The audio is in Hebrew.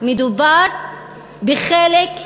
מדובר בחלק,